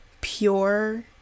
pure